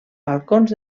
balcons